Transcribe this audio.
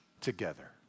together